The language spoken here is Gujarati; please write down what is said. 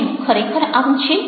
શું ખરેખર આવું છે